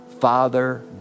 father